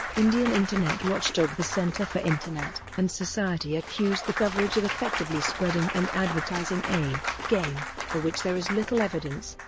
indian internet watchdog the centre for internet and society accused the coverage of effectively spreading and advertising a game for which there is little evidence.